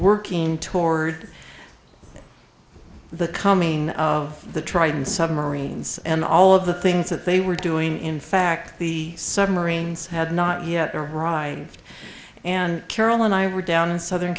working toward the coming of the tritone submarines and all of the things that they were doing in fact the submarines had not yet arrived and carol and i were down in southern